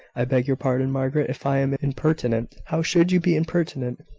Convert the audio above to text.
i beg your pardon, margaret, if i am impertinent how should you be impertinent?